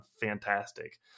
fantastic